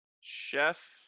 chef